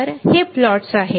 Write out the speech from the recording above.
तर हे प्लॉट आहेत